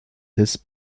his